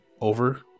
over